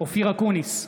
אופיר אקוניס,